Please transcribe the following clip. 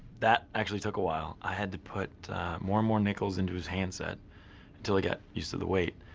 that actually took a while, i had to put more and more nickels into his handset until he got used to the weight,